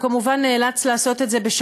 הוא כמובן נאלץ לעשות את זה בשחור,